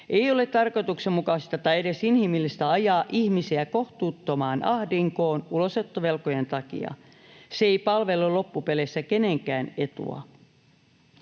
Ei ole tarkoituksenmukaista tai edes inhimillistä ajaa ihmisiä kohtuuttomaan ahdinkoon ulosottovelkojen takia. Se ei palvele loppupeleissä kenenkään etua.